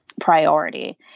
priority